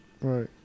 Right